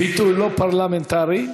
ככה, לא יפה, זה ביטוי לא פרלמנטרי.